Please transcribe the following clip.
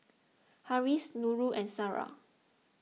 Harris Nurul and Sarah